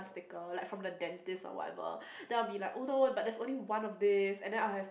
sticker like from the dentist or whatever then I will be like oh no but that is only one of this then I have